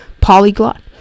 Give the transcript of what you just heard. polyglot